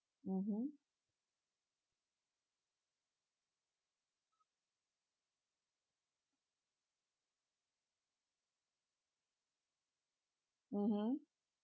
mmhmm mmhmm